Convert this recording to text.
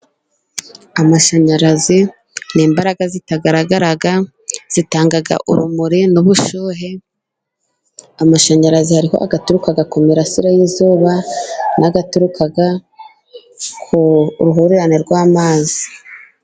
Amashanyarazi ni imbaraga zitagaragara, zitanga urumuri n'ubushyuhe, amashanyarazi hariho aturuka ku mirasire y'izuba n'aturuka ku ruhurirane rw'amazi.